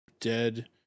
dead